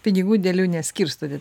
pinigų didelių neskirstote